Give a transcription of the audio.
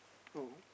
no